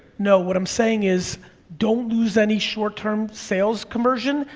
no, what i'm saying is don't lose any short term sales conversion,